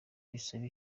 bisaba